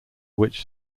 which